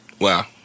Wow